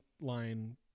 line